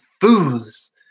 fools